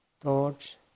thoughts